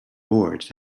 boards